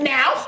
Now